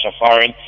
foreign